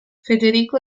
federico